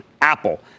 Apple